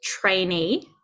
trainee